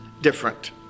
different